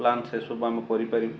plan ସେସବୁ ଆମେ କରିପାରିବୁ